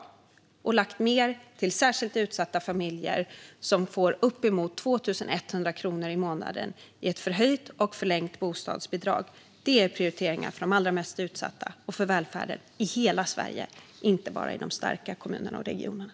Vi har i stället lagt mer till särskilt utsatta familjer, som får uppemot 2 100 kronor i månaden i ett förhöjt och förlängt bostadsbidrag. Det är prioriteringar för de allra mest utsatta och för välfärden i hela Sverige - inte bara i de starka kommunerna och regionerna.